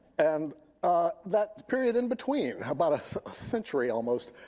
and that period in between, about a century almost,